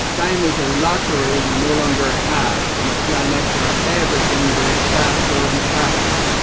time is a luxury we no longer have on a planet where everything goes faster and faster.